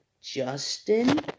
Justin